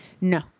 No